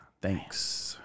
Thanks